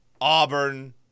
Auburn